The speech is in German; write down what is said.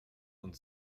und